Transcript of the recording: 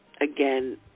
again